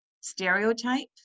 stereotype